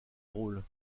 rôle